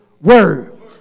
word